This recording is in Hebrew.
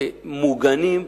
שמוגנים,